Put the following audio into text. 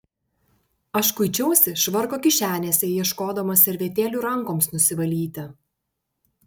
aš kuičiausi švarko kišenėse ieškodamas servetėlių rankoms nusivalyti